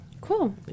Cool